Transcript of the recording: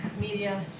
media